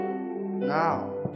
Now